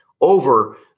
over